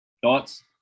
Thoughts